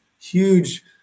huge